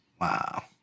Wow